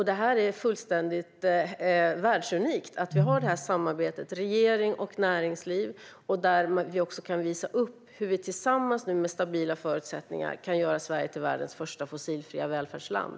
Det är världsunikt med ett sådant samarbete mellan regeringen och näringslivet. Vi kan nu tillsammans med stabila förutsättningar göra Sverige till världens första fossilfria välfärdsland.